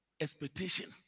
expectation